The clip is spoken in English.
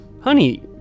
honey